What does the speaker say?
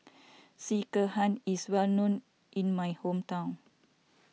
Sekihan is well known in my hometown